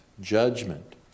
Judgment